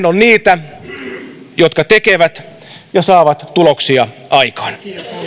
on niitä jotka tekevät ja saavat tuloksia aikaan